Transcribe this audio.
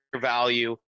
value